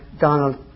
Donald